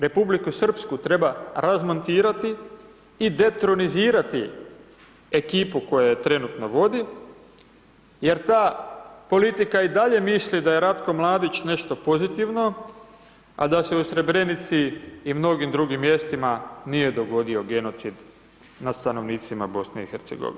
Republiku Srpsku treba razmontirati i detronizirati ekipu koja je trenutno vodi jer ta politika i dalje misli da je Ratko Mladić nešto pozitivno, a da su u Srebrenici i mnogim drugim mjestima nije dogodio genocid nad stanovnicima BiH.